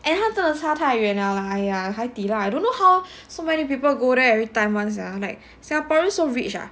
and 他的差太远了 like !aiya! Hai Di Lao I don't know how so many people go there every time [one] sia like singaporeans are rich ah